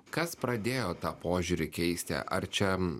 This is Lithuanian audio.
kas pradėjo tą požiūrį keisti ar čia